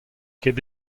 ket